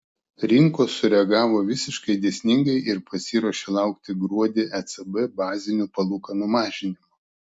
rinkos sureagavo visiškai dėsningai ir pasiruošė laukti gruodį ecb bazinių palūkanų mažinimo